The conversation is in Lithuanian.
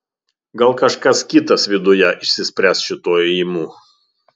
gal kažkas kitas viduje išsispręs šituo ėjimu